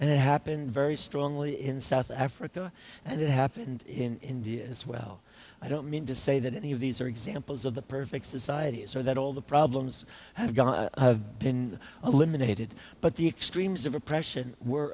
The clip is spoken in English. and it happened very strongly in south africa and it happened in dia as well i don't mean to say that any of these are examples of the perfect societies or that all the problems have gone have been eliminated but the extremes of oppression were